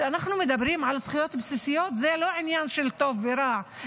כשאנחנו מדברים על זכויות בסיסיות זה לא עניין של טוב ורע,